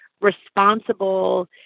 responsible